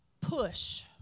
Push